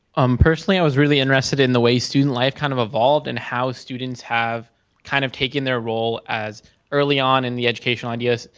i'm personally i was really interested in the way student life kind of evolved and how students have kind of taken their role as early on in the educational ideas,